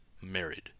married